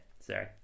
Sorry